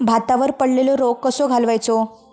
भातावर पडलेलो रोग कसो घालवायचो?